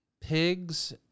pigs